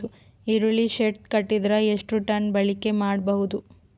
ಈರುಳ್ಳಿ ಶೆಡ್ ಕಟ್ಟಿದರ ಎಷ್ಟು ಟನ್ ಬಾಳಿಕೆ ಮಾಡಬಹುದು?